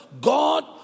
God